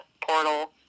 portal